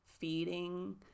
feeding